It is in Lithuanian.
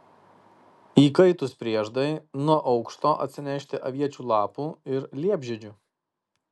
įkaitus prieždai nuo aukšto atsinešti aviečių lapų ir liepžiedžių